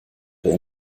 the